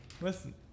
Listen